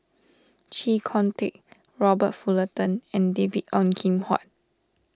Chee Kong Tet Robert Fullerton and David Ong Kim Huat